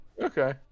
Okay